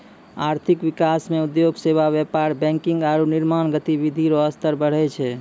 आर्थिक विकास मे उद्योग सेवा व्यापार बैंकिंग आरू निर्माण गतिविधि रो स्तर बढ़ै छै